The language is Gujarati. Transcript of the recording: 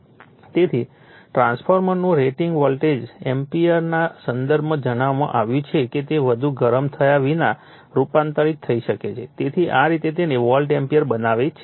તેથી ટ્રાન્સફોર્મરનું રેટિંગ વોલ્ટ એમ્પીયરના સંદર્ભમાં જણાવવામાં આવ્યું છે કે તે વધુ ગરમ થયા વિના રૂપાંતરિત થઈ શકે છે તેથી આ રીતે તેને વોલ્ટ એમ્પીયર બનાવે છે